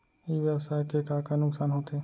ई व्यवसाय के का का नुक़सान होथे?